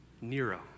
Nero